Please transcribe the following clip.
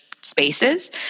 spaces